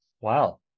Wow